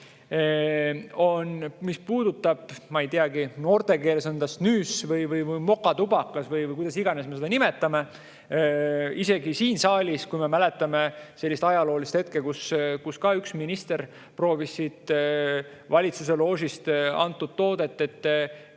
näide puudutab seda, mis noortekeeles onsnusvõi mokatubakas või kuidas iganes me seda nimetame. Isegi siin saalis – me mäletame sellist ajaloolist hetke – üks minister proovis valitsuse loožist antud toodet. Ei